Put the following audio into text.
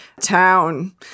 town